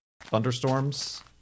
thunderstorms